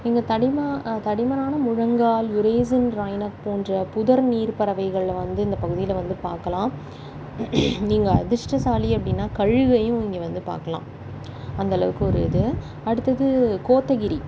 இங்கே தடிமா தடிமனான முழங்கால் யுரேசில் ரைனக் போன்ற புதர்நீர் பறவைகள் வந்து இந்த பகுதியில் வந்து பார்க்கலாம் நீங்கள் அதிர்ஷ்டசாலி அப்படின்னா கழுகையும் இங்கே வந்து பார்க்கலாம் அந்தளவுக்கு ஒரு இது அடுத்தது கோத்தகிரி